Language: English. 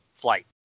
flight